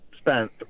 spent